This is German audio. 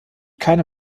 keine